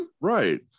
Right